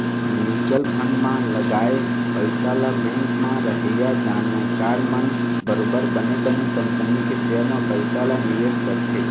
mutual fund म लगाए पइसा ल बेंक म रहइया जानकार मन बरोबर बने बने कंपनी के सेयर म पइसा ल निवेश करथे